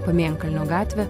pamėnkalnio gatvę